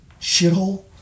shithole